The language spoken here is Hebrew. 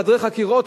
בחדרי חקירות,